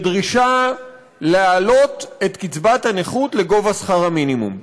בדרישה להעלות את קצבת הנכות לגובה שכר המינימום.